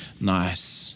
nice